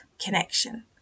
connection